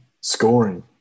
scoring